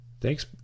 Thanks